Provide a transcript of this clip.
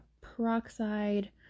Peroxide